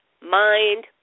mind